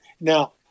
Now